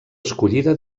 escollida